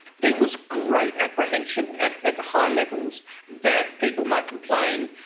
there was great apprehension at at high levels that people might complain,